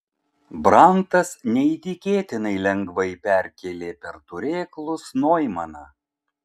brantas neįtikėtinai lengvai perkėlė per turėklus noimaną